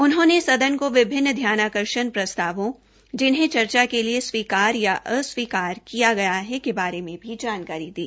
उन्होंने सदन को विभिन्न ध्यानाकर्षण प्रस्तावों जिन्हें चर्चा के लिए स्वीकार्य या अस्वीकार्य किया गया है के बारे में भी जानकारी दी